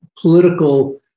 political